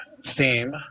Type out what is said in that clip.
theme